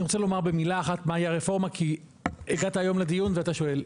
אני רוצה לומר במילה אחת מהי הרפורמה כי הגעת היום לדיון ואתה שואל.